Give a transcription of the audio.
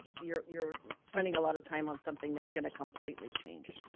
you're you're spending a lot of time on something that's gonna completely change,